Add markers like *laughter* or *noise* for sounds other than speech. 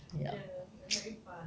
ya *noise*